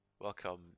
Welcome